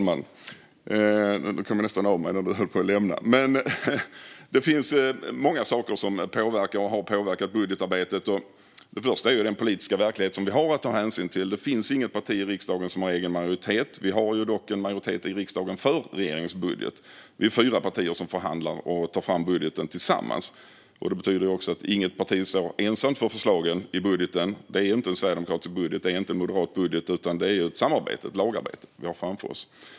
Herr talman! Det finns många saker som påverkar och har påverkat budgetarbetet. Det första är den politiska verklighet som vi har att ta hänsyn till. Det finns inget parti i riksdagen som har egen majoritet. Vi har dock en majoritet i riksdagen för regeringens budget. Vi är fyra partier som förhandlar och tar fram budgeten tillsammans. Det betyder också att inget parti står ensamt för förslagen i budgeten. Det är inte en sverigedemokratisk budget och det är inte en moderat budget, utan det är ett samarbete, ett lagarbete, vi har framför oss.